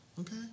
Okay